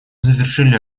завершили